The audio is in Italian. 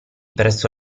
presso